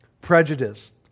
prejudice